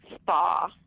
spa